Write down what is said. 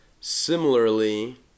similarly